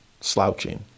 slouching